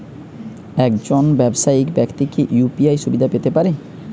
একজন ব্যাবসায়িক ব্যাক্তি কি ইউ.পি.আই সুবিধা পেতে পারে?